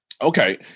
okay